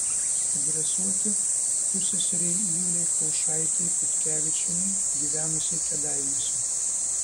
adresuoti pusseserei julei kaušaitei kutkevičienei gyvenusiai kėdainiuose